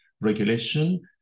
regulation